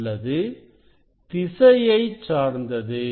அல்லது திசையை சார்ந்தது